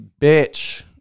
bitch